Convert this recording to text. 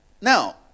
now